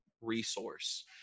resource